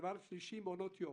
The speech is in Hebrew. דבר שלישי, מעונות יום.